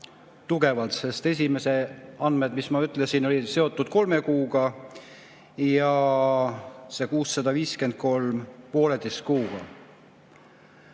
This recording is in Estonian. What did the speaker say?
suurenenud, sest esimesed andmed, mis ma ütlesin, olid seotud kolme kuuga, ja see 653 poolteise kuuga. Ja